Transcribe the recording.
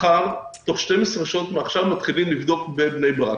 מחר, תוך 12 שעות מעכשיו מתחילים לבדוק בבני ברק.